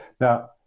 now